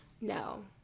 No